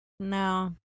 No